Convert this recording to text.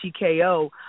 TKO